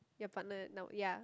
your partner now ya